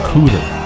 Cooter